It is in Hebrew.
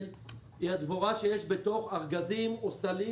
היא הדבורה שיש בתוך ארגזים או סלים,